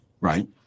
right